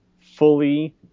fully